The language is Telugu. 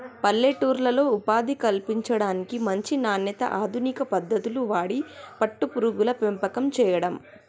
పల్లెటూర్లలో ఉపాధి కల్పించడానికి, మంచి నాణ్యత, అధునిక పద్దతులు వాడి పట్టు పురుగుల పెంపకం చేయడం